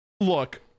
Look